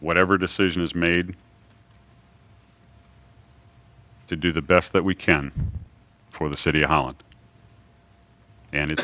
whatever decision is made to do the best that we can for the city of holland and